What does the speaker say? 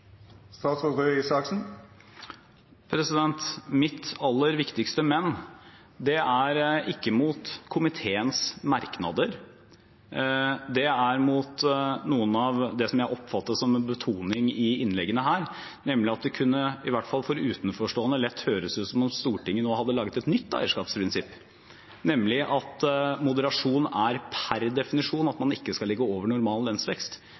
Mitt aller viktigste «men» er ikke mot komiteens merknader. Det er mot noe av det jeg oppfatter som en betoning i innleggene her, nemlig at det kunne – i hvert fall for utenforstående – lett høres ut som om Stortinget nå hadde laget et nytt eierskapsprinsipp, nemlig at moderasjon per definisjon er at man ikke skal ligge over normal lønnsvekst.